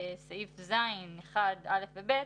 סעיף ז1א ו-ז1ב,